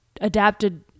adapted